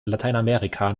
lateinamerika